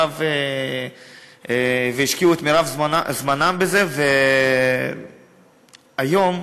והשקיעו את מרב זמנם בזה, והיום,